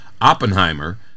Oppenheimer